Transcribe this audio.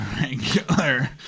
regular